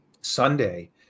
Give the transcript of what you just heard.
Sunday